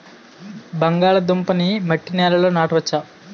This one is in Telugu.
బంగాళదుంప నీ మట్టి నేలల్లో నాట వచ్చా?